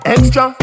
Extra